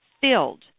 filled